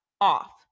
off